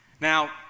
Now